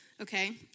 Okay